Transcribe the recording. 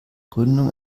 gründung